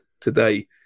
today